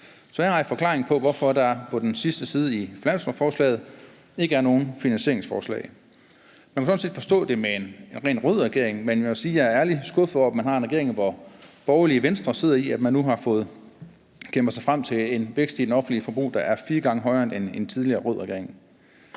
Så her har I forklaringen på, hvorfor der på den sidste side i finanslovsforslaget ikke er nogen finansieringsforslag. Man kunne sådan set forstå det med en rent rød regering, men jeg må sige, at jeg er lidt skuffet over, at man har en regering, som borgerlige Venstre sidder i, og at man nu har fået kæmpet sig frem til en vækst i det offentlige forbrug, der er fire gange højere end under nogen tidligere rød regering.